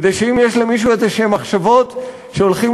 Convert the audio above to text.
כדי שאם יש למישהו איזשהן מחשבות שהולכים